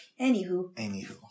Anywho